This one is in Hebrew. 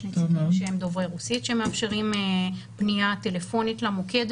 יש נציגים שהם דוברי רוסית שמאפשרים פנייה טלפונית למוקד,